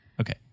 Okay